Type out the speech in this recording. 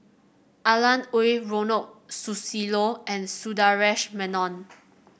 Alan Oei Ronald Susilo and Sundaresh Menon